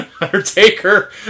Undertaker